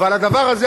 ועל הדבר הזה,